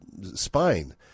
spine